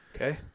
Okay